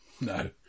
No